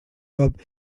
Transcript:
cop